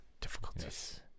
Difficulties